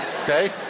Okay